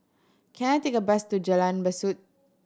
can I take a bus to Jalan Besut